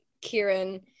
Kieran